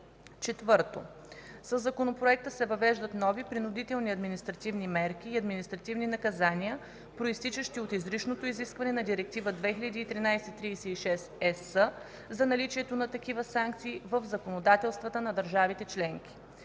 4. Със Законопроекта се въвеждат нови принудителни административни мерки и административни наказания, произтичащи от изричното изискване на Директива 2013/36/ЕС за наличието на такива санкции в законодателствата на държавите членки.